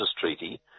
Treaty